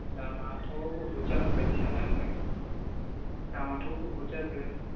दामाथ' बहुथ जागोन बादि सानदों आङो दामाथ' बहुथ जागोन